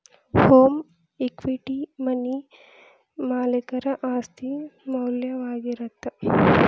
home equity money ಮಾಲೇಕರ ಆಸ್ತಿ ಮೌಲ್ಯವಾಗಿರತ್ತ